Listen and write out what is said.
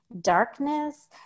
darkness